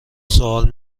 سوال